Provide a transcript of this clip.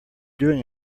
doing